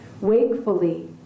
wakefully